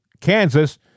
Kansas